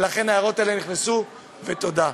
ולכן ההערות האלה נכנסו, ותודה.